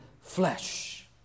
flesh